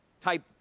type